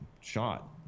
shot